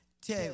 two